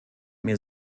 mir